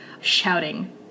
shouting